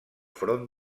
front